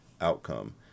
outcome